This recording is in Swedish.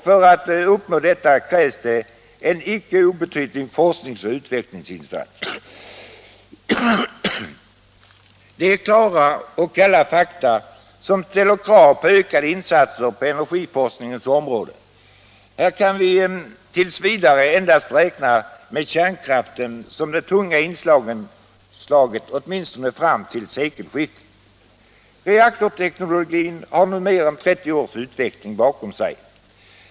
För att uppnå detta krävs en icke obetydlig forskningsoch utvecklingsinsats. Det är klara och kalla fakta som ställer krav på ökade insatser på energiforskningens område. Här kan vi t. v. endast räkna med kärnkraften som det tunga inslaget, åtminstone fram till sekelskiftet. Reaktorteknologin har nu mer än 30 års utveckling bakom sig.